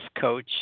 coach